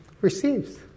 receives